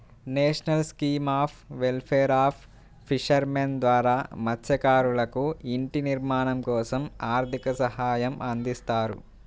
national scheme of welfare of fishermen ద్వారా మత్స్యకారులకు ఇంటి నిర్మాణం కోసం ఆర్థిక సహాయం అందిస్తారు